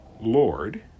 lord